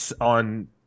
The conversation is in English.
on